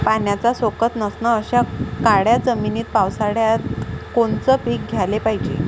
पाण्याचा सोकत नसन अशा काळ्या जमिनीत पावसाळ्यात कोनचं पीक घ्याले पायजे?